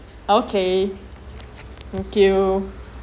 okay thank you